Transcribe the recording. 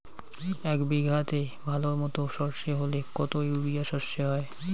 এক বিঘাতে ভালো মতো সর্ষে হলে কত ইউরিয়া সর্ষে হয়?